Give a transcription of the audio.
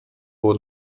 było